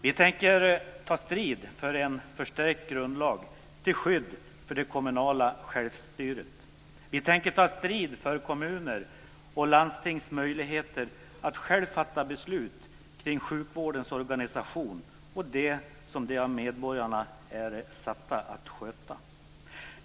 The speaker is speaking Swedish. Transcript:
Vi tänker ta strid för en förstärkt grundlag till skydd för det kommunala självstyret, vi tänker ta strid för kommuners och landstings möjligheter att själva fatta beslut kring sjukvårdens organisation och det som de av medborgarna är satta att sköta.